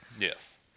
Yes